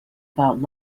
about